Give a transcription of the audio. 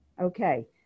Okay